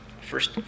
first